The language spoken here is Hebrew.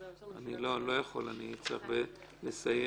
--- אני לא יכול, אני צריך לסיים.